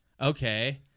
okay